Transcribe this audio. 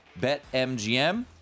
BetMGM